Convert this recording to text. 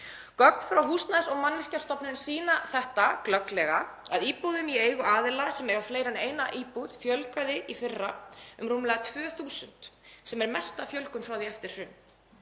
Gögn frá Húsnæðis- og mannvirkjastofnun sýna það glögglega að íbúðum í eigu aðila sem eiga fleiri en eina íbúð fjölgaði í fyrra um rúmlega 2.000, sem er mesta fjölgun frá því eftir hrun.